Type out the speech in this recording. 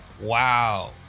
Wow